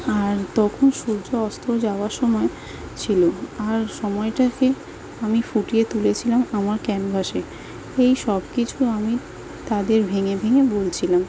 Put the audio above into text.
আর তখন সূর্য অস্ত যাওয়ার সময় ছিল আর সময়টাকে আমি ফুটিয়ে তুলেছিলাম আমার ক্যানভাসে এইসব কিছু আমি তাদের ভেঙে ভেঙে বলছিলাম